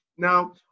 Now